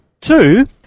two